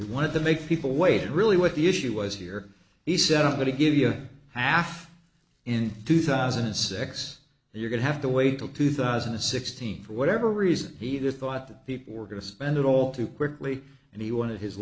he wanted to make people wait really what the issue was here he said i'm going to give you half in two thousand and six you're going to have to wait till two thousand and sixteen for whatever reason he thought that people were going to spend it all too quickly and he wanted his